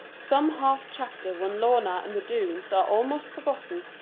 some half-chapter when lorna and the doones are almost forgotten,